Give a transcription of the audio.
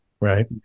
right